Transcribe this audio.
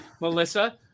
melissa